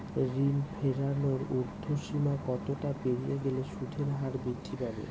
ঋণ ফেরানোর উর্ধ্বসীমা কতটা পেরিয়ে গেলে সুদের হার বৃদ্ধি পাবে?